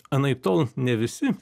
anaiptol ne visi